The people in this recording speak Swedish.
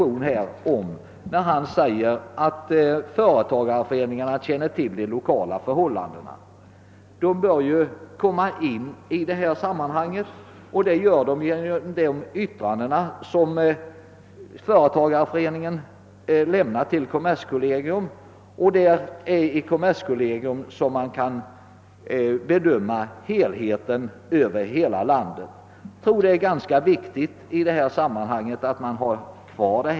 Herr Hovhammar framhöll att företagareföreningarna känner till de lokala förhållandena och därför bör komma in i detta sammanhang. Ja, det gör de genom de yttranden som lämnas till kommerskollegium. Men kommerskollegium kan bedöma förhållandena i landet i dess helhet och det torde därför vara ganska viktigt att detta förfarande finns kvar.